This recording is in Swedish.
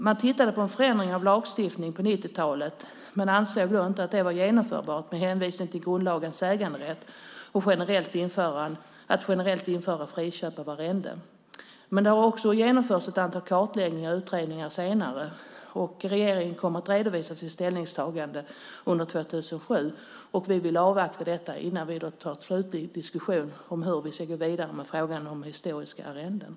Man tittade på möjligheten att förändra lagstiftningen på 90-talet men ansåg då, med hänvisning till grundlagens äganderätt, att det inte var genomförbart att generellt införa friköp av arrenden. Det har också genomförts ett antal kartläggningar och utredningar senare. Regeringen kommer att redovisa sitt ställningstagande under 2007. Vi vill avvakta detta innan vi tar en slutlig diskussion om hur vi ska gå vidare med frågan om historiska arrenden.